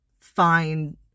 find